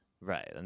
right